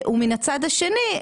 ומן הצד השני,